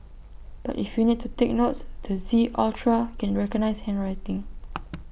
but if you need to take notes the Z ultra can recognise handwriting